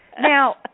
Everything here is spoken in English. Now